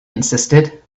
insisted